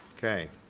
okay,